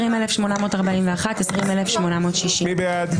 20,841 עד 20,860. מי בעד?